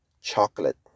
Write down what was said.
chocolate